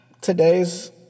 today's